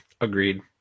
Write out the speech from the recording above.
Agreed